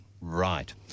Right